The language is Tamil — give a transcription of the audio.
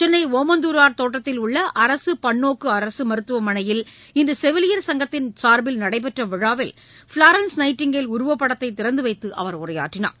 சென்னைடுமந்துரார் தோட்டத்தில் உள்ளஅரசுபன்நோக்குஅரசுமருத்துவமனையில் இன்றுசெவிலியர் சங்கத்தின் சார்பில் நடைபெற்றவிழாவில் ஃபிளான்ஸ் நைட்டிங்கேல் உருவப்படத்தைதிறந்துவைத்துஅவர் உரையாற்றினார்